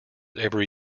every